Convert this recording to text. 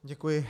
Děkuji.